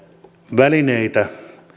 välineitä että